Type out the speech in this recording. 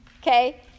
Okay